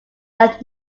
left